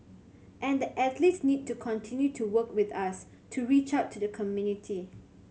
and the athletes need to continue to work with us to reach out to the community